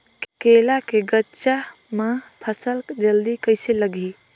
केला के गचा मां फल जल्दी कइसे लगही?